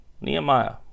Nehemiah